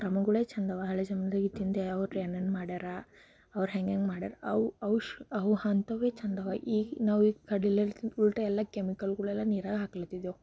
ಕ್ರಮಗಳೆ ಚೆಂದವ ಹಳೇ ಜಮಾನ್ದಾಗ ಇದ್ದಿದ್ದು ಅವ್ರು ಏನೇನು ಮಾಡ್ಯಾರ ಅವ್ರು ಹೆಂಗೆ ಹೆಂಗೆ ಮಾಡ್ಯಾರ ಅವು ಅವು ಶ್ ಅವು ಅಂಥವೆ ಚೆಂದವ ಈಗ ನಾವು ಈಗ ಕಡಿಲೆತ ಉಲ್ಟ ಎಲ್ಲ ಕೆಮಿಕಲ್ಗಳೆಲ್ಲ ನೀರಾಗ ಹಾಕ್ಲತ್ತಿದ್ದೆವು